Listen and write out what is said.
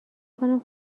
کنم